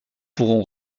pourront